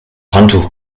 handtuch